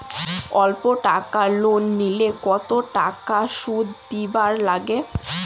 অল্প টাকা লোন নিলে কতো টাকা শুধ দিবার লাগে?